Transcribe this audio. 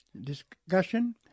discussion